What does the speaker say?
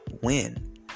win